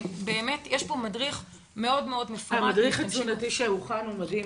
יש פה מדריך מאוד מאוד מפורט --- המדריך התזונתי שהוכן הוא מדהים.